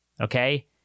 Okay